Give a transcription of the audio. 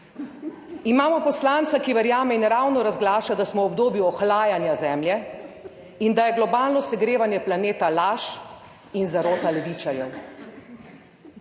imamo poslanca, ki verjame in ravno razglaša, da smo v obdobju ohlajanja Zemlje in da je globalno segrevanje planeta laž in zarota levičarjev.